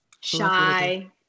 Shy